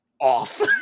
off